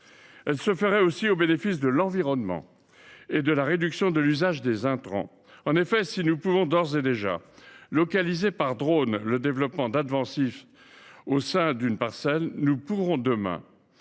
Elle se ferait aussi au bénéfice de l’environnement et de la réduction de l’usage des intrants. En effet, si nous pouvons d’ores et déjà localiser par drone le développement d’adventices au sein d’une parcelle, nous pourrons demain,